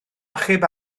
achub